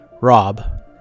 Rob